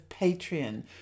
Patreon